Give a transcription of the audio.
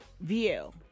view